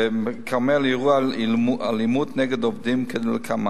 "כרמל" 110 אירועי אלימות נגד עובדים כדלקמן: